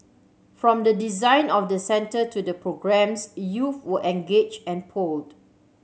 from the design of the centre to the programmes youth were engaged and polled